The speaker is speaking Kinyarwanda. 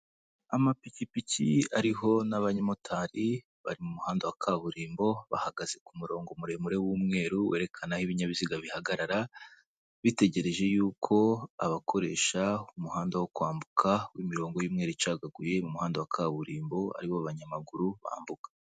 Amapikipiki ariho n'abamotari, bari mu muhanda wa kaburimbo, bahagaze ku murongo muremure w'umweru werekana ibinyabiziga bihagarara, bitegereje y'uko abakoresha umuhanda wo kwambuka w'imirongo y'umweru icagaguye mu muhanda wa kaburimbo aribo banyamaguru bambuka.